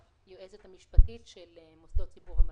היועצת המשפטית של מוסדות ציבור ומלכ"רים.